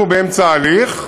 אנחנו באמצע הליך.